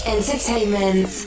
Entertainment